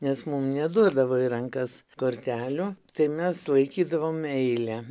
nes mum neduodavo į rankas kortelių tai mes laikydavom eilę